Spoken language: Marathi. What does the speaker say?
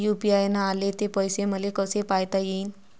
यू.पी.आय न आले ते पैसे मले कसे पायता येईन?